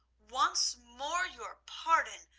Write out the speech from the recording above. once more your pardon.